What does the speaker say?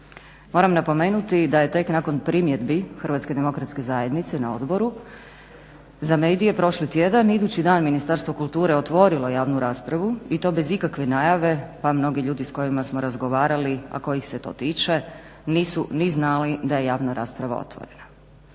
Moramo napomenuti da je tek nakon primjedbi HDZ-a na Odboru za medije prošli tjedan idući dan Ministarstvo kulture otvorilo javnu raspravu i to bez ikakve najave pa mnogi ljudi s kojima smo razgovarali a kojih se to tiče nisu ni znali da je javna rasprava otvorena.